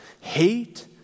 hate